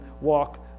walk